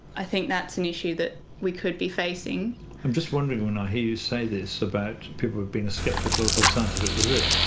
i think that's an issue that we could be facing. i'm just wondering when i hear you say this about people who've been sceptical of scientific research,